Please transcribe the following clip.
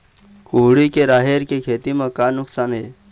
कुहड़ी के राहेर के खेती म का नुकसान हे?